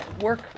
work